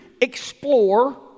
explore